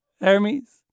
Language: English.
Hermes